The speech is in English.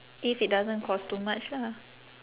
if it doesn't cost too much lah